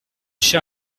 cher